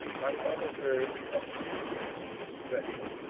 my father heard of the incident with distress,